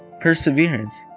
perseverance